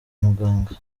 muganga